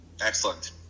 excellent